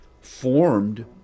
formed